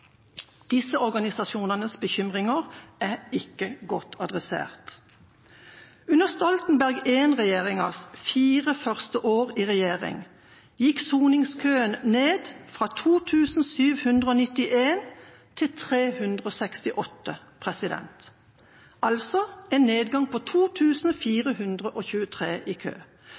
Disse organisasjonenes bekymringer er ikke godt adressert. Under Stoltenberg I-regjeringas fire første år gikk soningskøen ned fra 2 791 til 368, altså en nedgang på